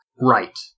right